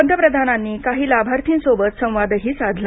पंतप्रधानांनी काही लाभार्थींसोबत संवादही साधला